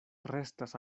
restas